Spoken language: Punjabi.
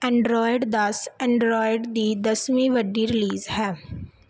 ਐਂਡਰੋਇਡ ਦਸ ਐਂਡਰੋਇਡ ਦੀ ਦਸਵੀਂ ਵੱਡੀ ਰਿਲੀਜ਼ ਹੈ